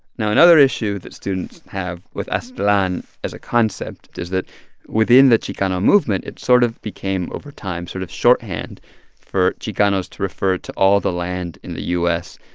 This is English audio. now, another issue that students have with aztlan as a concept is that within the chicano of movement, it sort of became over time sort of shorthand for chicanos to refer to all the land in the u s.